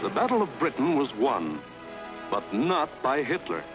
the battle of britain was won but not by hitler